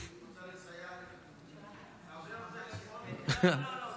לא, לא, לא.